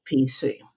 PC